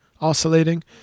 oscillating